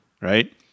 right